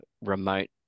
remote